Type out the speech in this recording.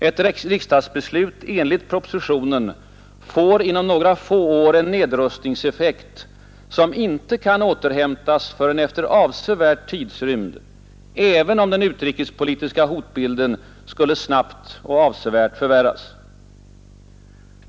Ett riksdagsbeslut enligt propositionen får inom några få år en nedrustningseffekt, som icke kan återhämtas förrän efter en avsevärd tidsrymd, även om den utrikespolitiska hotbilden skulle snabbt och avsevärt förvärras.